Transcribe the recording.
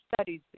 studies